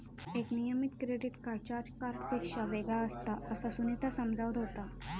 एक नियमित credit card charge कार्डपेक्षा वेगळा असता, असा सुनीता समजावत होता